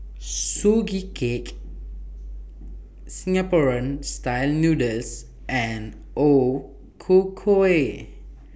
Sugee Cake Singaporean Style Noodles and O Ku Kueh